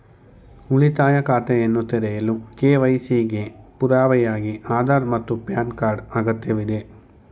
ಉಳಿತಾಯ ಖಾತೆಯನ್ನು ತೆರೆಯಲು ಕೆ.ವೈ.ಸಿ ಗೆ ಪುರಾವೆಯಾಗಿ ಆಧಾರ್ ಮತ್ತು ಪ್ಯಾನ್ ಕಾರ್ಡ್ ಅಗತ್ಯವಿದೆ